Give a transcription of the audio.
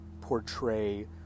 portray